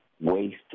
waste